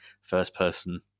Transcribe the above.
first-person